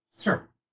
Sure